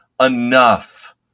enough